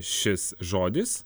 šis žodis